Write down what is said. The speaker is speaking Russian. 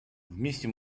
вместе